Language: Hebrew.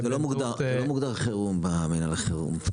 זה לא מוגדר חירום במינהל החירום.